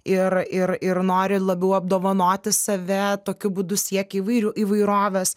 ir ir ir nori labiau apdovanoti save tokiu būdu siekia įvairių įvairovės